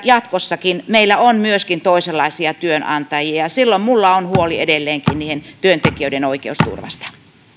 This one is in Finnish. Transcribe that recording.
jatkossakin meillä on myös toisenlaisia työnantajia ja silloin minulla on huoli edelleenkin niiden työntekijöiden oikeusturvasta